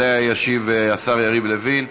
ישיב עליה השר יריב לוין.